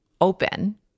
open